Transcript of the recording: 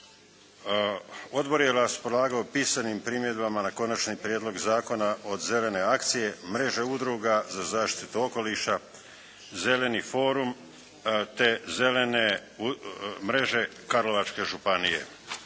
Odbor je raspolagao pisanim primjedbama na Konačni prijedlog zakona od Zelene akcije, mreže udruga za zaštitu okoliša, Zeleni forum, te Zelene mreže Karlovačke županije.